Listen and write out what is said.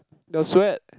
the sweat